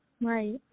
Right